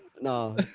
No